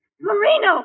Marino